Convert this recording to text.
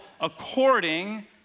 according